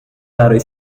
برای